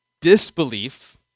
disbelief